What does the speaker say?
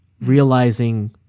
realizing